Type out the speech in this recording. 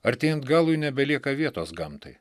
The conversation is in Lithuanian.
artėjant galui nebelieka vietos gamtai